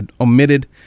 omitted